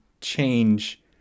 change